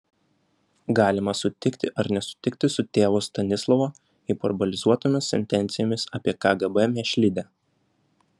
galima sutikti ar nesutikti su tėvo stanislovo hiperbolizuotomis sentencijomis apie kgb mėšlidę